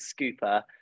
scooper